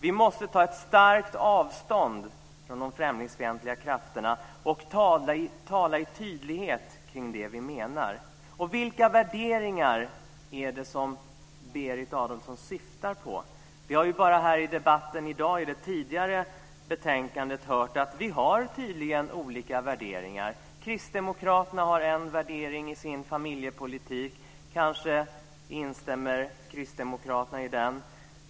Vi måste ta starkt avstånd från de främlingsfientliga krafterna och i tydlighet klargöra det vi menar. Vilka värderingar är det som Berit Adolfsson syftar på? Vi har i debatten i dag om ett tidigare betänkande hört att vi tydligen har olika värderingar. Kristdemokraterna har en värdering i sin familjepolitik. Kanske instämmer Moderaterna i den.